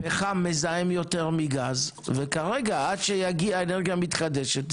פחם מזהם יותר מגז וכרגע עד שיגיע אנרגיה מתחדשת,